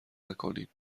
نکنین